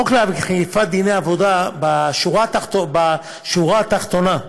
החוק לאכיפת דיני עבודה, בשורה התחתונה,